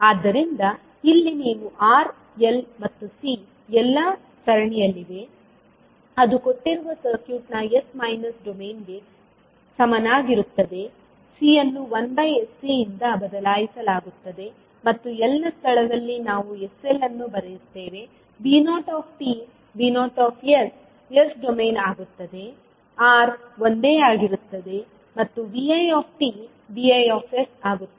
ಆದ್ದರಿಂದ ಇಲ್ಲಿ ನೀವು R L ಮತ್ತು C ಎಲ್ಲಾ ಸರಣಿಯಲ್ಲಿವೆ ಅದು ಕೊಟ್ಟಿರುವ ಸರ್ಕ್ಯೂಟ್ನ s ಮೈನಸ್ ಡೊಮೇನ್ಗೆ ಸಮನಾಗಿರುತ್ತದೆ C ಅನ್ನು 1sC ಯಿಂದ ಬದಲಾಯಿಸಲಾಗುತ್ತದೆ ಮತ್ತು L ನ ಸ್ಥಳದಲ್ಲಿ ನಾವು sL ಅನ್ನು ಬರೆಯುತ್ತೇವೆ V0 V0 s ಡೊಮೇನ್ ಆಗುತ್ತದೆ R ಒಂದೇ ಆಗಿರುತ್ತದೆ ಮತ್ತು Vi Vi ಆಗುತ್ತದೆ